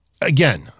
again